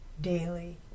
daily